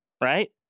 right